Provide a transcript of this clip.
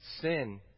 sin